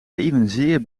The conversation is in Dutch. evenzeer